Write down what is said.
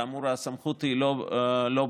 כאמור, הסמכות לא בידיי.